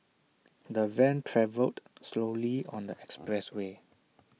the van travelled slowly on the expressway